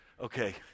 Okay